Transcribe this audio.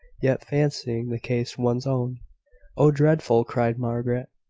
yet, fancying the case one's own oh, dreadful! cried margaret.